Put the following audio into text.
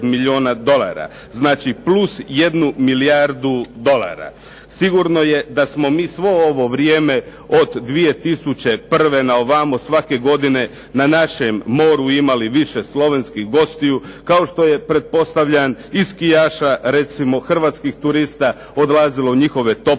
Znači plus jednu milijardu dolara. Sigurno je da smo mi svo ovo vrijeme od 2001. naovamo svake godine na našem moru imali više slovenskih gostiju, kao što je pretpostavljan i skijaša recimo hrvatskih turista odlazilo u njihove toplice